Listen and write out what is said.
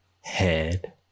head